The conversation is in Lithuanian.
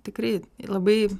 tikrai labai